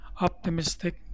optimistic